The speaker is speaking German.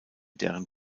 deren